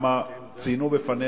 כמוה כהצבעת